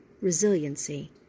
resiliency